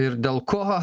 ir dėl ko